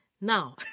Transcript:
Now